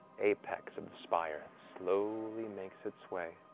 apex of the spire slowly makes its way